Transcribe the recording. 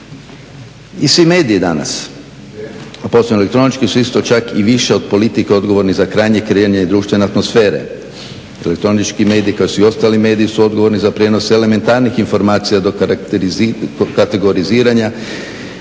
I svi mediji danas, posebno elektronički su isto čak i više od politike odgovorni za krajnje kreiranje i društvene atmosfere. Elektronički mediji kao i svi ostali mediji su odgovorni za prijenos elementarnih informacija do kategoriziranja,